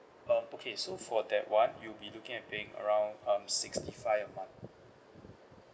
um okay so for that [one] you'll be looking at paying around um sixty five a month